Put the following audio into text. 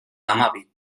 hamabi